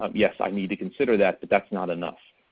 um yes i need to consider that but that's not enough,